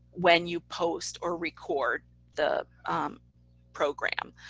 when you post or record the program.